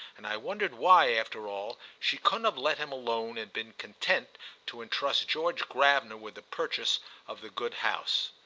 and i wondered why, after all, she couldn't have let him alone and been content to entrust george gravener with the purchase of the good house.